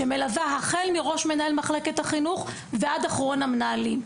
שמלווה החל מראש מחלקת החינוך ועד אחרון המנהלים.